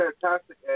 fantastic